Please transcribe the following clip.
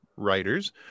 Writers